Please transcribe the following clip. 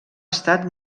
estat